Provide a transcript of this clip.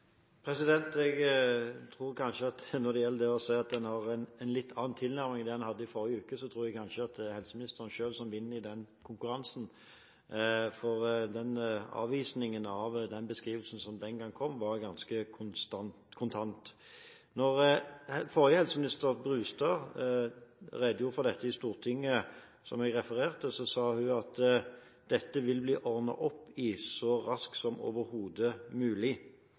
Når det gjelder å se at en har en litt annen tilnærming enn en hadde i forrige uke, tror jeg kanskje det er helseministeren selv som vinner i den konkurransen, for avvisningen av den beskrivelsen som den gangen kom, var ganske kontant. Da tidligere helseminister Brustad redegjorde for dette i Stortinget, som jeg refererte, sa hun at dette vil det bli ordnet opp i så raskt som overhodet mulig.